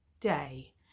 day